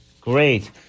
Great